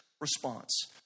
response